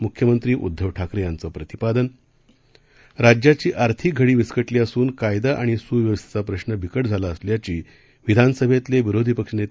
मख्यमंत्री उद्घव ठाकरे यांचं प्रतिपादन राज्याची आर्थिक घडी विस्कटली असून कायदा आणि सुव्यवस्थेचा प्रश्न बिकट झाला असल्याची विधानसभेतले विरोधी पक्षनेते